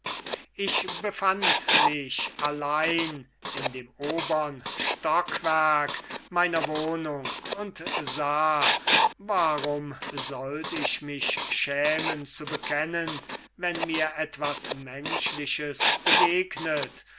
ich befand mich allein in dem obern stockwerk meiner wohnung und sah denn ich schäme mich nicht zu bekennen wenn mir etwas menschliches begegnet